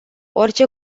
orice